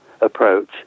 approach